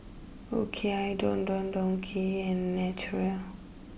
O K I Don Don Donki and Naturel